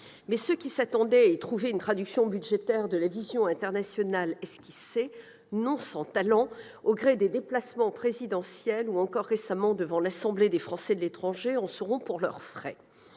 mais ceux qui s'attendaient à y trouver une traduction budgétaire de la vision internationale esquissée, non sans talent, au gré des déplacements présidentiels ou devant l'Assemblée des Français de l'étranger en seront pour leurs frais.